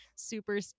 super